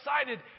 excited